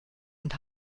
und